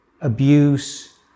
abuse